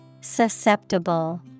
Susceptible